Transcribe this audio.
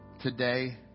today